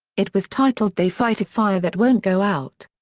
it was titled they fight a fire that won't go out.